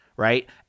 Right